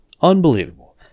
Unbelievable